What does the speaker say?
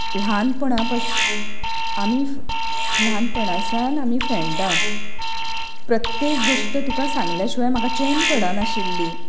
ल्हानपणापश आमी ल्हानपणासान फ्रेंडा प्रत्येक गोश्ट तुका सांगल्या शिवाय म्हाका चैन पडनाशिल्ली